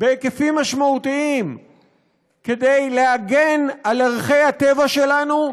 בהיקפים משמעותיים כדי להגן על ערכי הטבע שלנו,